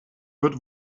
wird